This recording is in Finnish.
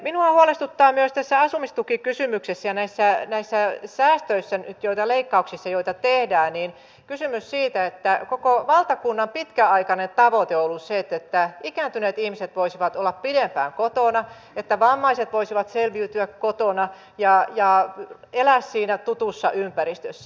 minua huolestuttaa myös tässä asumistukikysymyksessä ja näissä leikkauksissa joita nyt tehdään kysymys siitä että koko valtakunnan pitkäaikainen tavoite on ollut se että ikääntyneet ihmiset voisivat olla pidempään kotona että vammaiset voisivat selviytyä kotona ja elää siinä tutussa ympäristössä